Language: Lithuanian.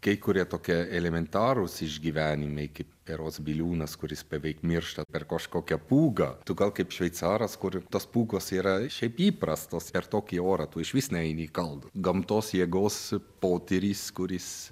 kai kurie tokie elementarūs išgyvenimai kaip berods biliūnas kuris beveik miršta per kažkokią pūgą tu gal kaip šveicaras kur tos pūgos yra šiaip įprastos per tokį orą tu išvis nueini į kalną gamtos jėgos potyris kuris